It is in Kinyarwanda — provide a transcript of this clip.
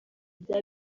rya